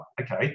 okay